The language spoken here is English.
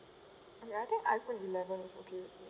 eh I think iPhone eleven is okay is it